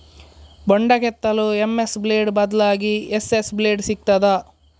ಬೊಂಡ ಕೆತ್ತಲು MS blade ಬದ್ಲಾಗಿ ಎಸ್.ಎಸ್ ಬ್ಲೇಡ್ ಸಿಕ್ತಾದ?